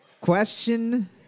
Question